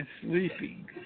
sleeping